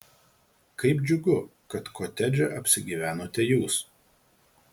kaip džiugu kad kotedže apsigyvenote jūs